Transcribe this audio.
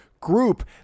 group